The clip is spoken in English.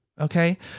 okay